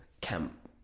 camp